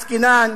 עסקינן,